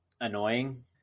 annoying